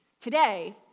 Today